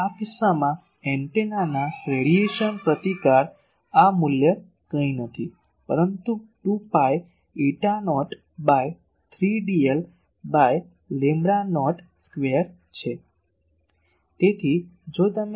તેથી આ કિસ્સામાં એન્ટેનાના રેડિયેશન પ્રતિકાર આ મૂલ્ય કંઈ નથી પરંતુ 2 pi eta naught by 3 dl by lambda naught square છે